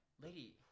lady